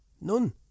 None